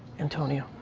antonio.